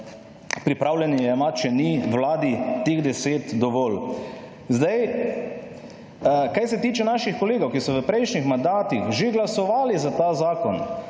pripravljeni jemati, če ni vladi teh deset dovolj. Zdaj, kar se tiče naših kolegov, ki so v prejšnjih mandatih že glasovali za ta zakon.